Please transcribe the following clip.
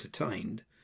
entertained